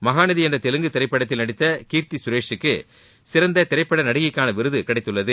மகாநதி என்ற தெலுங்கு திரைப்படத்தில் நடித்த கீர்த்தி சுரேஷூக்கு சிறந்த திரைப்பட நடிகைக்கான விருது கிடைத்துள்ளது